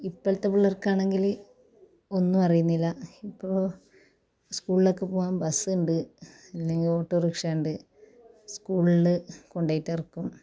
ഇപ്പളത്തെ പിള്ളേർക്ക് ആണെങ്കിൽ ഒന്നും അറിയുന്നില്ല ഇപ്പോൾ സ്കൂളിലേക്ക് പോവാൻ ബസ് ഉണ്ട് അല്ലെങ്കിൽ ഓട്ടോറിക്ഷ ഉണ്ട് സ്കൂളിൽ കൊണ്ടോയിട്ട് ഇറക്കും